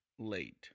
Late